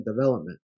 development